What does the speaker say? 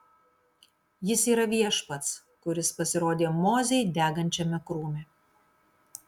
jis yra viešpats kuris pasirodė mozei degančiame krūme